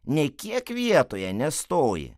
nei kiek vietoje nestoji